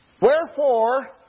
Wherefore